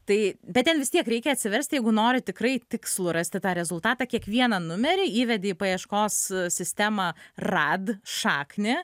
tai bet ten vis tiek reikia atsiverst jeigu nori tikrai tikslų rasti tą rezultatą kiekvieną numerį įvedi į paieškos sistemą rad šaknį